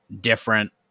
different